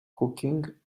cooking